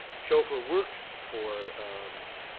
schoeffer worked for